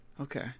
Okay